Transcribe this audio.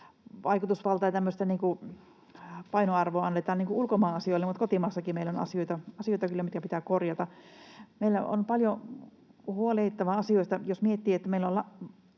vaikutusvaltaa ja tämmöistä painoarvoa annetaan ulkomaan asioille, vaikka kotimaassakin meillä on kyllä asioita, mitkä pitää korjata. Meillä on paljon huolehdittavia asioita, jos miettii, että meillä